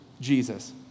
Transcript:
Jesus